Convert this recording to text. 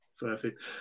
Perfect